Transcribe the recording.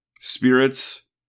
Spirits